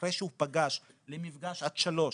אחרי שהוא פגש למפגש עד שלושה